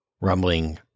rumbling